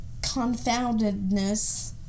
confoundedness